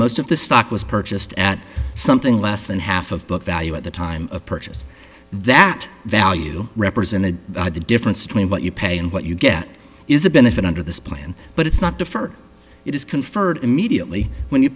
most of the stock was purchased at something less than half of book value at the time of purchase that value represented the difference between what you pay and what you get is a benefit under this plan but it's not defer it is conferred immediately when you